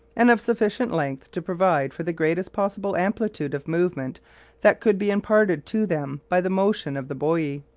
and of sufficient length to provide for the greatest possible amplitude of movement that could be imparted to them by the motion of the buoy.